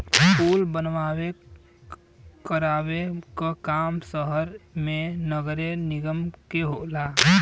कुल बनवावे करावे क काम सहर मे नगरे निगम के होला